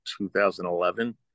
2011